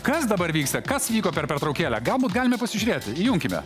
kas dabar vyksta kas vyko per pertraukėlę galbūt galime pasižiūrėti įjunkime